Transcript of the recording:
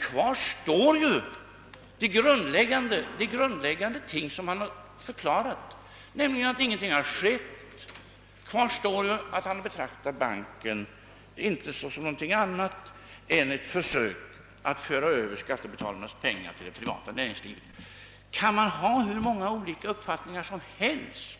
Kvar står emellertid de grundläggande ting han framhållit, nämligen att ingenting har skett och att han inte betraktar investeringsbanken som något annat än ett försök att föra över skattebetalarnas pengar till det privata näringslivet. Kan man ha hur många olika uppfattningar som helst,